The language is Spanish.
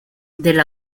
del